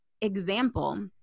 example